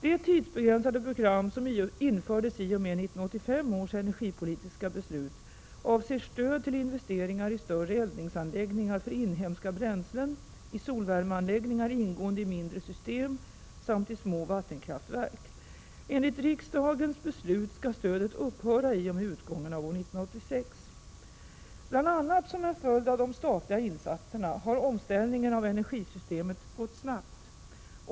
Det tidsbegränsade program som infördes i och med 1985 års energipolitiska beslut avser stöd till investeringar i större eldningsanläggningar för inhemska bränslen, i solvärmeanläggningar ingående i mindre system samt i små vattenkraftverk. Enligt riksdagens beslut skall stödet upphöra i och med utgången av år 1986. Bl.a. som en följd av de statliga insatserna, har omställningen av energisystemet gått snabbt.